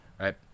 right